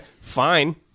fine